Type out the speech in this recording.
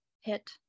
hit